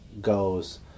goes